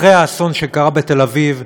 אחרי האסון שקרה בתל-אביב,